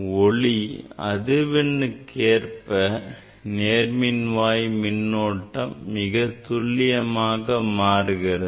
ஒளி அதிர்வெண்ணுக்கு ஏற்ப நேர்மின்வாய் மின்னோட்டம் மிகத் துல்லியமாக மாறுகிறது